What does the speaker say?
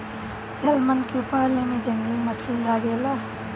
salmon के पाले में जंगली मछली लागे ले